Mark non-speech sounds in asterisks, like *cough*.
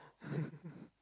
*laughs*